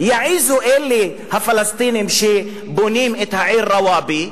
יעזו אלה הפלסטינים שבונים את העיר רוואבי,